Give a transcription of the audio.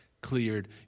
cleared